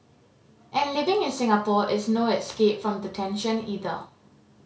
and living in Singapore is no escape from the tension either